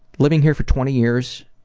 living here for twenty years,